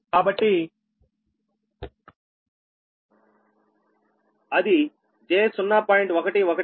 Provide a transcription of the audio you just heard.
కాబట్టి అది j0